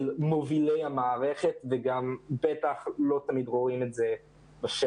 מובילי המערכת, ובטח לא תמיד רואים את זה בשטח.